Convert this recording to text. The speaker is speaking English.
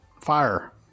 fire